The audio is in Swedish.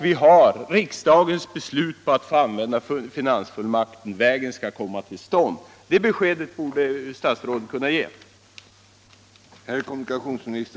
Vi har fått en finansfullmakt av riksdagen, och vägen kommer att byggas. Det beskedet borde statsrådet kunna ge.